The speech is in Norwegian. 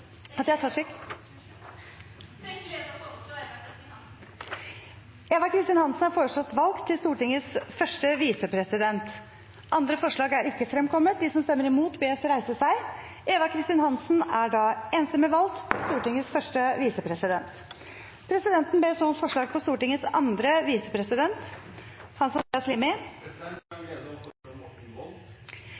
føreslå Eva Kristin Hansen. Eva Kristin Hansen er foreslått valgt til Stortingets første visepresident. – Andre forslag er ikke fremkommet. Presidenten ber så om forslag på Stortingets andre